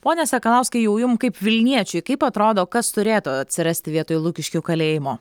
pone sakalauskai jau jum kaip vilniečiui kaip atrodo kas turėtų atsirasti vietoj lukiškių kalėjimo